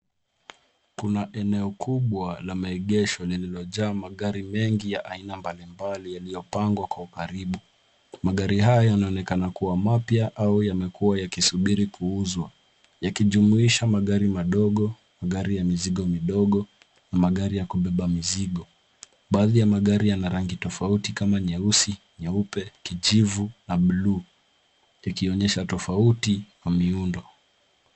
Kuna eneo kubwa la maegesho lililojaa magari mengi ya aina mbali mbali yaliyopangwa kwa ukaribu, magari hayo yanaonekana kuwa mapya au yamekuwa yakisubiri kuuzwa. Yakijumuisha magari madogo, magari ya mizigo midogo na magari ya kubeba mizigo,.Baadhi ya magari Yana rangi nyeusi, nyeupe, kijivu na blue , ikionyesha tofauti wa miundo